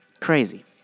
Crazy